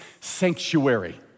sanctuary